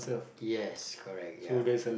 yes correct ya